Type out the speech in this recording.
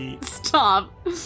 Stop